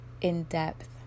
in-depth